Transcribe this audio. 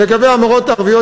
לגבי המורות הערביות,